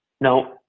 no